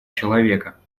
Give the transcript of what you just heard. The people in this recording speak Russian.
человека